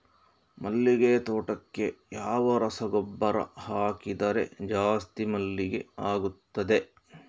ಮಲ್ಲಿಗೆ ತೋಟಕ್ಕೆ ಯಾವ ರಸಗೊಬ್ಬರ ಹಾಕಿದರೆ ಜಾಸ್ತಿ ಮಲ್ಲಿಗೆ ಆಗುತ್ತದೆ?